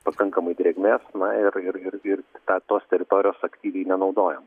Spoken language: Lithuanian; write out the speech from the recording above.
pakankamai drėgmės na ir ir ir ir tą tos teritorijos aktyviai nenaudojam